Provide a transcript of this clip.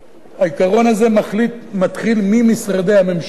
העיקרון הזה מתחיל ממשרדי הממשלה,